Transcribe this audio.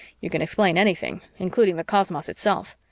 you can explain anything, including the cosmos itself.